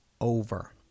over